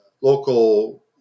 local